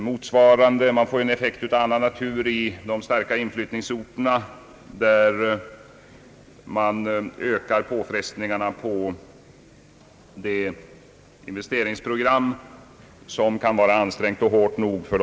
I orter med stark inflyttning får man en effekt av annan natur, med ökade påfrestningar på ett investeringsprogram som redan förut kan vara hårt ansträngt.